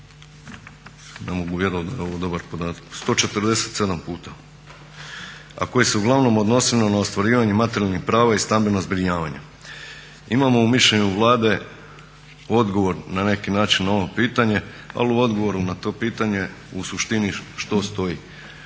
ne mogu vjerovati da je ovo dobar podatak, 147 puta a koji se uglavnom odnosilo na ostvarivanje materijalnih prava i stambeno zbrinjavanje. Imamo u mišljenju Vlade odgovor na neki način na ovo pitanje ali u odgovoru na to pitanje u suštini što stoji.